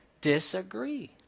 disagree